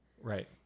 Right